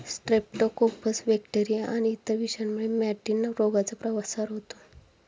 Streptococcus bacteria आणि इतर विषाणूंमुळे मॅटिन रोगाचा प्रसार होतो